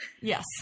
Yes